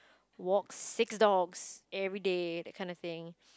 walks six dogs everyday that kind of thing